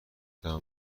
طعم